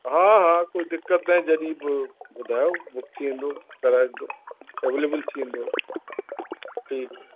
हा हा कोई दिक़त न आहे जॾहिं बि ॿुधायो बुक थी वेंदो कराईंदो अवेलेबल थी वेंदो ठीकु आहे